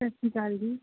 ਸਤਿ ਸ਼੍ਰੀ ਅਕਾਲ ਜੀ